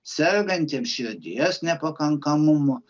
sergantiem širdies nepakankamumu